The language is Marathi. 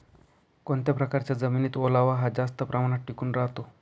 कोणत्या प्रकारच्या जमिनीत ओलावा हा जास्त प्रमाणात टिकून राहतो?